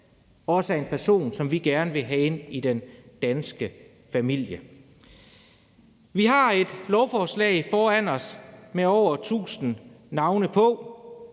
også er en person, som vi gerne vil have ind i den danske familie. Vi har et lovforslag foran os med over 1.000 navne på.